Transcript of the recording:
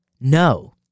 no